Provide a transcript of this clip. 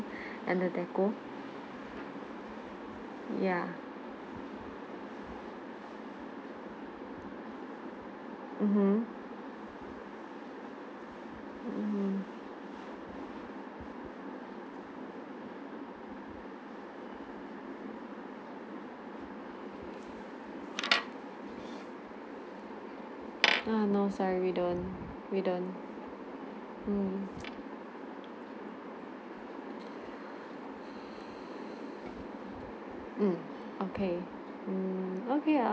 and the deco ya mmhmm mmhmm no sorry we don't we don't mm mm okay I will